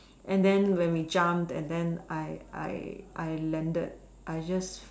and then when we jumped and then I I I landed I just